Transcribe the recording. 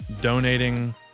Donating